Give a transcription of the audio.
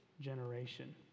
generation